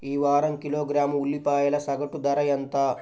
ఈ వారం కిలోగ్రాము ఉల్లిపాయల సగటు ధర ఎంత?